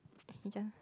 he just